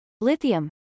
lithium